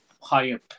higher